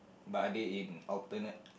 but are they in alternate